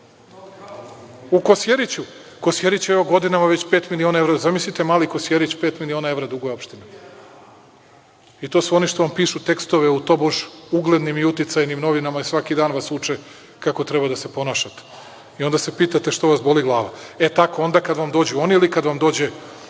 Kosjeriću. U Kosjeriću, evo, godinama već pet miliona evra. Zamislite mali Kosjerić pet miliona evra duguje opštinama i to su oni što vam pišu tekstove u tobož uglednim i uticajnim novinama i svaki dan vas uče kako treba da se ponašate i onda se pitate što vas boli glava. Onda kada vam dođu oni ili kada vam dođe